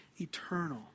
eternal